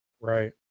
right